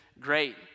great